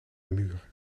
muur